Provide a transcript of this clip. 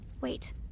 wait